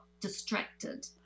distracted